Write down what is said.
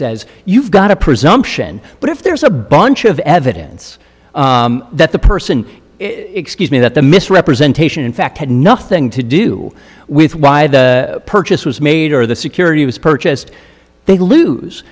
says you've got a presumption but if there's a bunch of evidence that the person excuse me that the misrepresentation in fact had nothing to do with why the purchase was made or the security was purchased they lose